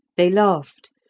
they laughed,